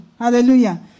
Hallelujah